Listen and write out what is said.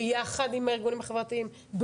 ביחד עם הארגונים החברתיים,